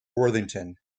worthington